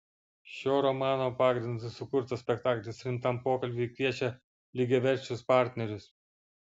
šio romano pagrindu sukurtas spektaklis rimtam pokalbiui kviečia lygiaverčius partnerius